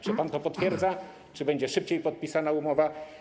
Czy pan to potwierdza, czy będzie szybciej podpisana umowa?